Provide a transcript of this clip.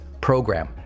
Program